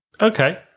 Okay